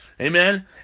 Amen